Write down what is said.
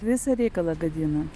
visą reikalą gadina